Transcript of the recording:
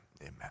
amen